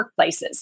workplaces